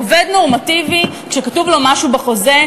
עובד נורמטיבי כשכתוב לו משהו בחוזה,